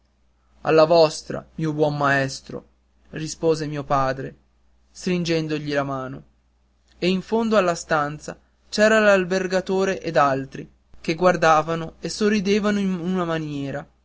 alla vostra mio buon maestro rispose mio padre stringendogli la mano e in fondo alla stanza c'era l'albergatore ed altri che guardavano e sorridevano in una maniera